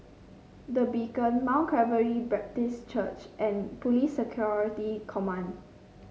The Beacon Mount Calvary Baptist Church and Police Security Command